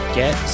get